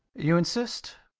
you insist?